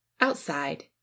Outside